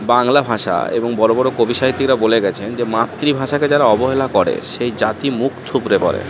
বাংলা ভাষা এবং বড়ো বড়ো কবি সাহিত্যিকরা বলে গেছেন যে মাতৃভাষাকে যারা অবহেলা করে সেই জাতি মুখ থুবড়ে পড়ে